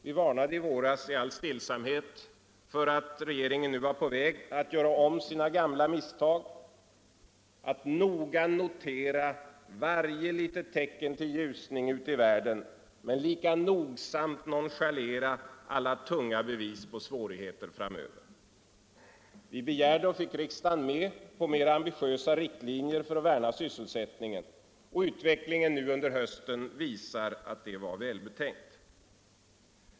Vi varnade i våras i all stillsamhet för att regeringen nu var på väg att göra om sina gamla misstag: att noga notera varje litet tecken till ljusning ute i världen men lika nogsamt nonchalera alla tunga bevis på svårigheter framöver. Vi begärde och fick riksdagen med på mer ambitiösa riktlinjer för att värna sysselsättningen. Utvecklingen under hösten visar att det var välbetänkt.